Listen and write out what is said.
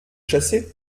chassez